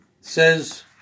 Says